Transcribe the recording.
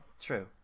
True